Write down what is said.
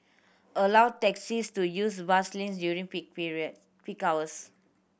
allow taxis to use bus lanes during peak peak hours